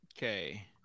Okay